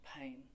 pain